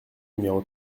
numéro